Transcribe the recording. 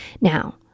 Now